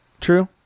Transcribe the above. True